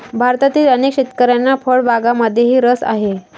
भारतातील अनेक शेतकऱ्यांना फळबागांमध्येही रस आहे